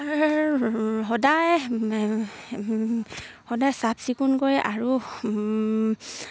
সদায় সদায় চাফ চিকুণ কৰি আৰু